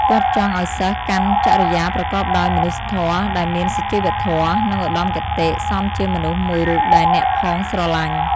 គាត់ចង់ឲ្យសិស្សកាន់ចរិយាប្រកបដោយមនុស្សធម៌ ដែលមានសុជីវធម៌ និងឧត្ដមគតិ សមជាមនុស្សមួយរូបដែលអ្នកផងស្រលាញ់ ។